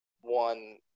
one –